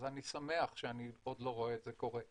אז אני שמח שאני עוד לא רואה את זה קורה.